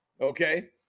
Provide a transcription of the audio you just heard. Okay